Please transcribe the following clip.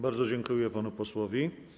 Bardzo dziękuję panu posłowi.